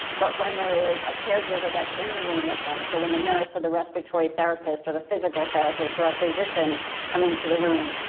but when there is a caregiver that's in the room with them, so when the nurse or the respiratory therapist, or the physical therapist, or a physician come into the room,